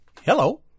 hello